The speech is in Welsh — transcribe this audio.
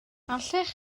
allech